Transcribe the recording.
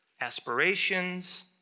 aspirations